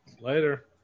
Later